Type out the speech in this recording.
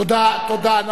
תודה, תודה.